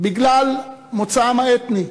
בגלל מוצאם האתני,